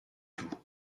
tout